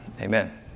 Amen